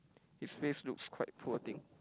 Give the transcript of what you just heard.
his face looks quite poor thing